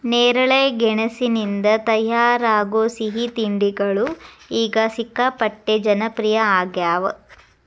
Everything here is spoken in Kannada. ನೇರಳೆ ಗೆಣಸಿನಿಂದ ತಯಾರಾಗೋ ಸಿಹಿ ತಿಂಡಿಗಳು ಈಗ ಸಿಕ್ಕಾಪಟ್ಟೆ ಜನಪ್ರಿಯ ಆಗ್ಯಾವ